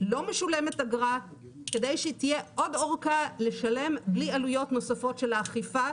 לא משולמת אגרה כדי שתהיה עוד אורכה לשלם בלי עלויות נוספות של האכיפה,